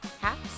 hats